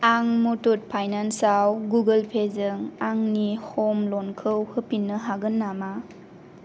आं मुथुट फाइनान्स आव Google Pay जों आंनि ह'म ल'न खौ होफिननो हागोन नामा